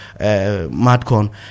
Madcon